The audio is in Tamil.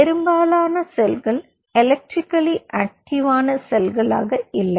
பெரும்பாலான செல்கள் எலெக்ட்ரிக்கல்லி ஆக்டிவான செல்களாக இல்லை